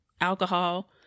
alcohol